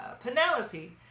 Penelope